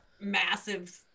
massive